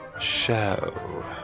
show